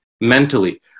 mentally